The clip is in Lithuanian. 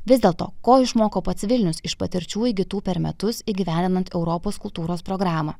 vis dėlto ko išmoko pats vilnius iš patirčių įgytų per metus įgyvendinant europos kultūros programą